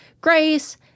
Grace